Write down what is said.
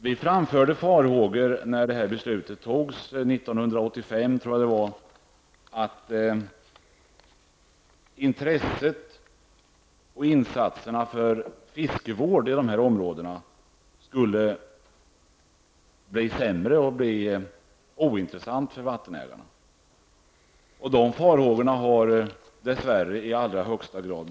Vi framförde farhågor när detta beslut fattades år 1985, att intresset och insatserna för fiskevård i dessa områden skulle bli sämre och att det skulle bli ointressant för vattenägarna. De farhågorna har dess värre besannats i allra högsta grad.